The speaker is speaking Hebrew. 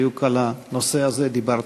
בדיוק על הנושא הזה דיברתי.